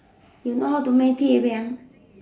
you know how to make